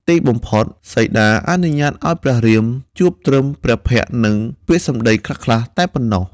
ទីបំផុតសីតាអនុញ្ញាតឱ្យ ព្រះរាមជួបត្រឹមព្រះភក្ត្រនិងពាក្យសំដីខ្លះៗតែប៉ុណ្ណោះ។